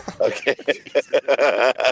Okay